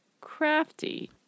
Crafty